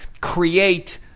create